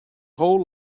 whole